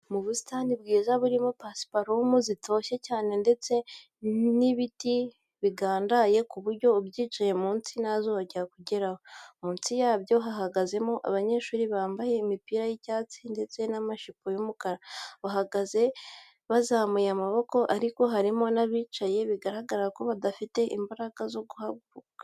Mu busitani bwiza burimo pasiparumu zitoshye cyane ndetse n'ibiti bigandaye ku buryo ubyicaye munsi nta zuba ryakugeraho, munsi yabyo hahagazemo abanyeshuri bambaye imipira y'icyatsi ndetse n'amajipo y'umukara. Bahagaze bazamuye amaboko ariko harimo n'abicaye bigaragara ko badafite imbaraga zo guhaguruka.